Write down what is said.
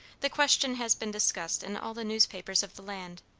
the question has been discussed in all the newspapers of the land,